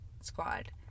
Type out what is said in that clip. squad